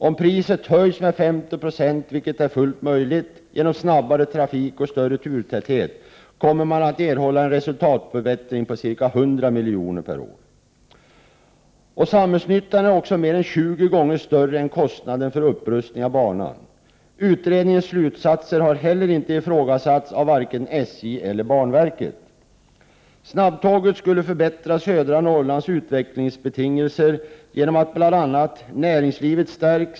Om priset höjs med 50 0 — vilket är fullt möjligt genom snabbare trafik och större turtäthet — kommer man att erhålla en resultatförbättring på ca 100 miljoner per år. Samhällsnyttan är mer än 20 gånger större än kostnaden för upprustning av banan. Utredningens slutsatser har heller inte ifrågasatts av vare sig SJ eller banverket.